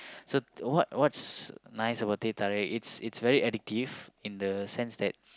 so what what's nice about teh tarik it's it's very addictive in the sense that